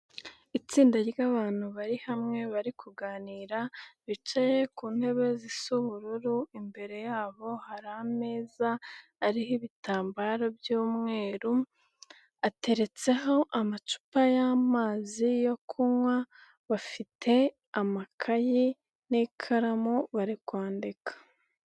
Itsinda ry'abantu bari hamwe bari kuganira, bicaye ku ntebe zisa ubururu imbere yabo hari ameza ariho ibitambaro by'umweru, ateretseho amacupa y'amazi yo kunywa bafite amakayi n'ikaramu bari kwandika.